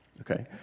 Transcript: Okay